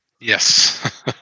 yes